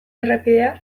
errepidea